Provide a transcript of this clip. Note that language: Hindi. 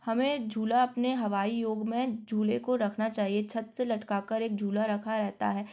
हमें झूला अपने हवाई योग में झूले को रखना चाहिए छत से लटका कर एक झूला रखा रहता है